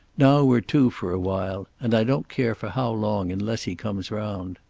now we're two for a while and i don't care for how long unless he comes round.